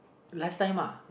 last time uh